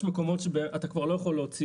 יש מקומות שבהם אתה כבר לא יכול להוציא